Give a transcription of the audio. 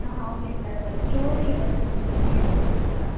ஆ okay sir அதோடு story ஏதாவது கொஞ்சம் சொல்ல முடியுமா சார் ஷார்ட்டா